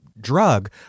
drug